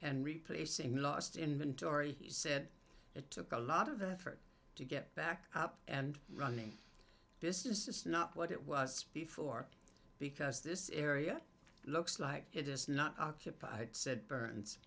and replacing lost inventory he said it took a lot of the effort to get back up and running business is not what it was before because this area looks like it is not occupied said burns